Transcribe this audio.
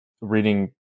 reading